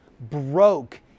broke